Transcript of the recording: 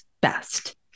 best